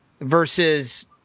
versus